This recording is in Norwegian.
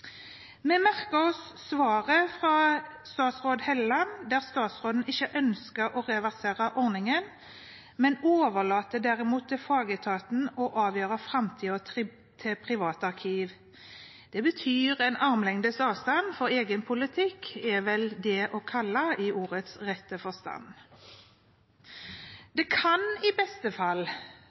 Vi merker oss svaret fra statsråd Hofstad Helleland, der statsråden ikke ønsker å reversere ordningen, men derimot overlater til fagetaten å avgjøre framtiden til privatarkiver. En armlengdes avstand fra egen politikk kan en vel kalle dette, i ordenes rette forstand. Det kan i beste fall